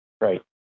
Right